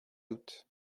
d’août